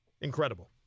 Incredible